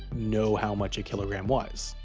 know how much a kilogram was.